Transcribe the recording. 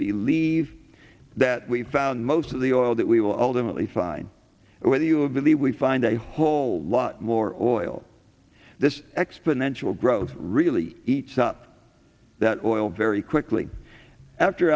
believe that we found most of the oil that we will ultimately find or whether you have believe we find a whole lot more oil this exponential growth really eats up that oil very quickly after